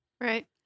Right